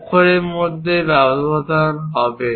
অক্ষরের মধ্যে ব্যবধান হবে